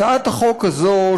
הצעת החוק הזאת,